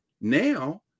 Now